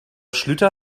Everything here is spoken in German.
schlüter